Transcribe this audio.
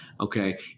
okay